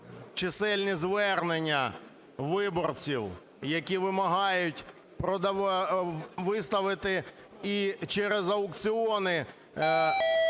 чисельні звернення виборців, які вимагають виставити і через аукціони